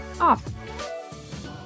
off